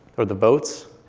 or the votes